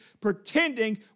pretending